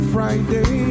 Friday